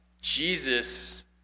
Jesus